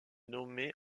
nommée